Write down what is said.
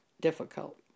difficult